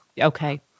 Okay